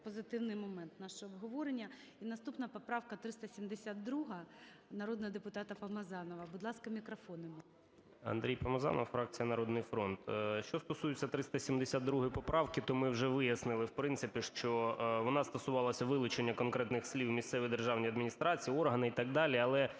позитивний момент нашого обговорення. І наступна поправка – 372, народного депутата Помазанова. Будь ласка, мікрофон йому. 13:33:38 ПОМАЗАНОВ А.В. Андрій Помазанов, фракція "Народний фронт". Що стосується 372 поправки, то ми вже вияснили, в принципі, що вона стосувалася вилучення конкретних слів "місцеві державні адміністрації, органи" і так далі,